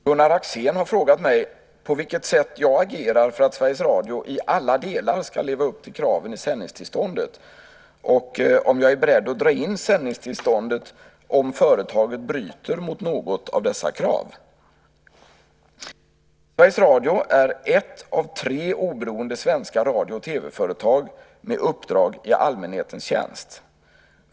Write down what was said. Fru talman! Gunnar Axén har frågat mig på vilket sätt jag agerar för att Sveriges Radio i alla delar ska leva upp till kraven i sändningstillståndet och om jag är beredd att dra in sändningstillståndet om företaget bryter mot något av dessa krav. Sveriges Radio är ett av tre oberoende svenska radio och TV-företag med uppdrag i allmänhetens tjänst.